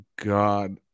God